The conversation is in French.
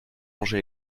manger